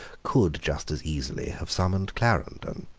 could just as easily have summoned clarendon.